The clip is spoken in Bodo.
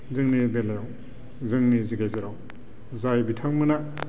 जोंनि बेलायाव जोंनि गेजेराव जाय बिथांमोना